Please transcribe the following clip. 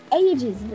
ages